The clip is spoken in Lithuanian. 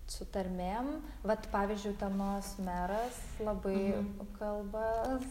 su tarmėm vat pavyzdžiui utenos meras labai kalba